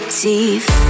teeth